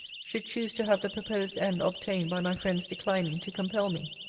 should choose to have the proposed end obtained by my friends declining to compel me.